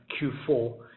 Q4